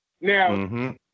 Now